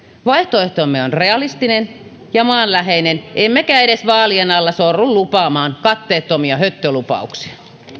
vaihtoehtomme on realistinen ja maanläheinen emmekä edes vaalien alla sorru lupaamaan katteettomia höttölupauksia